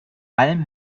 alm